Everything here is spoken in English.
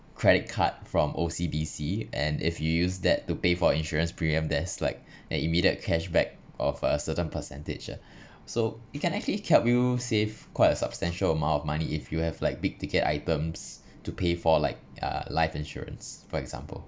credit card from O_C_B_C and if you use that to pay for insurance premium there's like an immediate cashback of a certain percentage ah so it can actually help you save quite a substantial amount of money if you have like big ticket items to pay for like uh life insurance for example